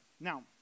Now